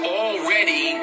already